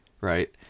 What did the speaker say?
Right